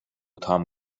تام